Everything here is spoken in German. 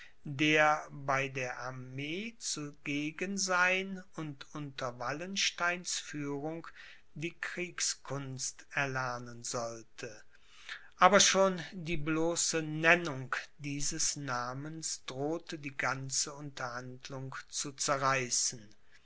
der bei der armee zugegen sein und unter wallensteins führung die kriegskunst erlernen sollte aber schon die bloße nennung dieses namens drohte die ganze unterhandlung zu zerreißen